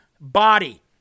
body